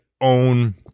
own